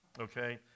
okay